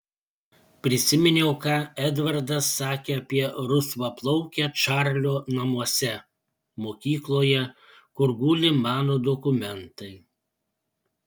prisiminiau ką edvardas sakė apie rusvaplaukę čarlio namuose mokykloje kur guli mano dokumentai